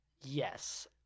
Yes